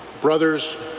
brothers